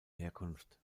herkunft